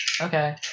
Okay